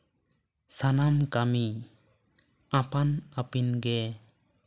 ᱥᱟᱱᱟᱢ ᱠᱟ ᱢᱤ ᱟᱯᱟᱱ ᱟᱯᱤᱱᱜᱮ